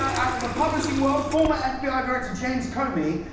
out of the publishing world, former fbi director james comey,